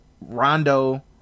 Rondo